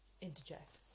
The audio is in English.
interject